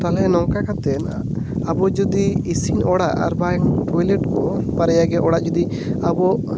ᱛᱟᱦᱚᱞᱮ ᱱᱚᱝᱠᱟ ᱠᱟᱛᱮ ᱟᱵᱚ ᱡᱩᱫᱤ ᱤᱥᱤᱱ ᱚᱲᱟᱜ ᱟᱨ ᱵᱟᱝ ᱴᱳᱭᱞᱮᱴ ᱵᱟᱨᱭᱟ ᱜᱮ ᱚᱲᱟᱜ ᱡᱩᱫᱤ ᱟᱵᱚ